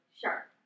Sure